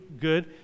good